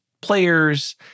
players